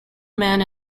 man